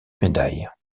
médaille